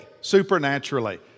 supernaturally